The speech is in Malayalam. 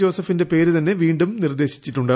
ജോസഫിന്റെ പേര് തന്നെ വീണ്ടും നിർദ്ദേശിച്ചിട്ടുണ്ട്